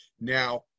Now